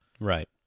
Right